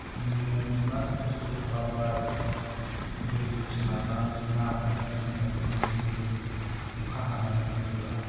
नोङो एसेबां खस्त' खालामबाय दैखौ सारनानै ना हमनाय समावसो नोङो बेबायदि अखा हानानै होयोब्ला